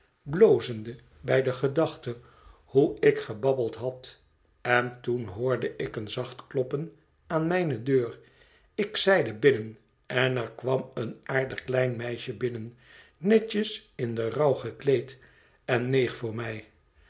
blozende bij de gedachte hoe ik gebabbeld had en toen hoorde ik een zacht kloppen aan mijne deur ik zeide binnen en er kwam een aardig klein meisje binnen netjes in den rouw gekleed en neeg voor mij